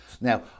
now